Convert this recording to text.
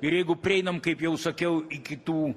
ir jeigu prieinam kaip jau sakiau iki tų